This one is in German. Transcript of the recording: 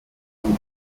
nun